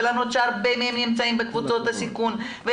ולמרות שהרבה מהם נמצאים בקבוצות סיכון הם